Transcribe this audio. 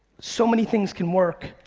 so many things can work,